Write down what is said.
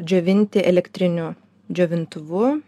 džiovinti elektriniu džiovintuvu